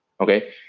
okay